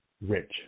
rich